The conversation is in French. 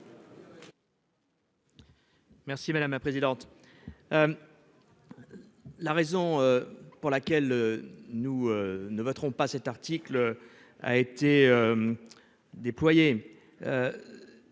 Merci madame la présidente. La raison pour laquelle nous ne voterons pas cet article. A été. Déployé.